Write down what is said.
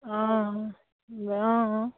অঁ অঁ অঁ